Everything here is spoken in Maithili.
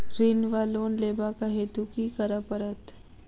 ऋण वा लोन लेबाक हेतु की करऽ पड़त?